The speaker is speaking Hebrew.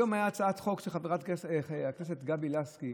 היום הייתה הצעת חוק של חברת הכנסת גבי לסקי